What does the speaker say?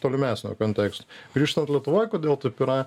tolimesnio konteksto grįžtant lietuvoj kodėl taip yra